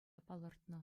палӑртнӑ